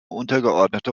untergeordnete